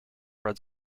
read